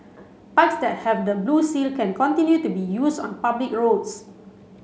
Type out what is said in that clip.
bikes that have the blue seal can continue to be used on public roads